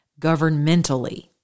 governmentally